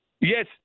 Yes